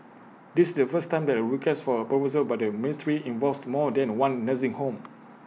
this is the first time that A request for A proposal by the ministry involves more than one nursing home